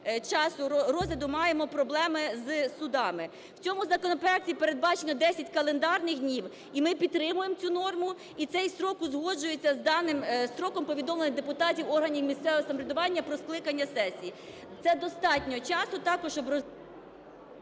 часу розгляду маємо проблеми з судами. В цьому законопроекті передбачено 10 календарних днів, і ми підтримуємо цю норму, і цей строк узгоджується з даним строком повідомлення депутатів органів місцевого самоврядування про скликання сесії. Це достатньо часу також, щоб...